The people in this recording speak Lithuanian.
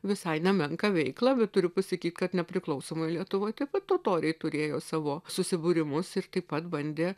visai nemenką veiklą bet turiu pasakyt kad nepriklausomoj lietuvoj taip pat totoriai turėjo savo susibūrimus ir taip pat bandė